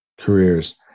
careers